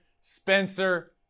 Spencer